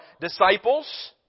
disciples